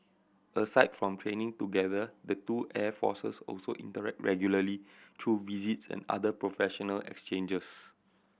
aside from training together the two air forces also interact regularly through visits and other professional exchanges